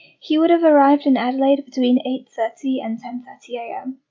he would've arrived in adelaide between eight thirty and ten thirty am.